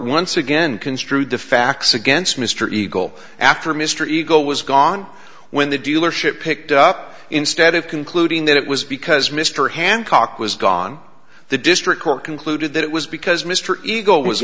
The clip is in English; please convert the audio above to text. once again construed the facts against mr eagle after mr eagle was gone when the dealership picked up instead of concluding that it was because mr hancock was gone the district court concluded that it was because mr eagle was